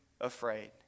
afraid